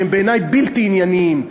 שהם בעיני בלתי ענייניים,